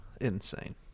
Insane